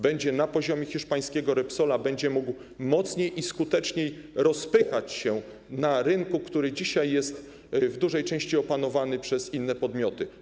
Będzie na poziomie hiszpańskiego Repsola, będzie mógł mocniej i skuteczniej rozpychać się na rynku, który dzisiaj jest w dużej części opanowany przez inne podmioty.